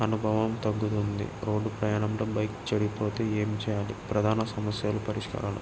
అనుభవం తగ్గుతుంది రోడ్డు ప్రయాణంలో బైక్ చెడిపోతే ఏం చేయాలి ప్రధాన సమస్యలు పరిష్కారలు